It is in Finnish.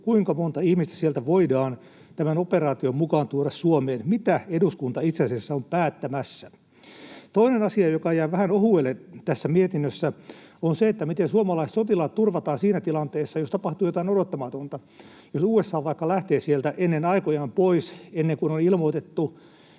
kuinka monta ihmistä sieltä voidaan tämän operaation mukana tuoda Suomeen. Mitä eduskunta itse asiassa on päättämässä? Toinen asia, joka jää vähän ohuelle tässä mietinnössä, on se, miten suomalaiset sotilaat turvataan siinä tilanteessa, jos tapahtuu jotain odottamatonta. Jos USA vaikka lähtee sieltä ennen aikojaan pois, ennen kuin on ilmoitettu